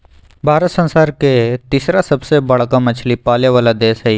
भारत संसार के तिसरा सबसे बडका मछली पाले वाला देश हइ